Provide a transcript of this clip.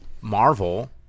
Marvel